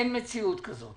אין מציאות כזאת.